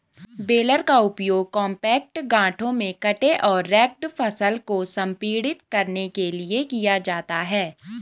baler का उपयोग compact गांठों में कटे और रेक्ड फसल को संपीड़ित करने के लिए किया जाता है